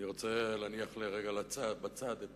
אני רוצה להניח לרגע בצד את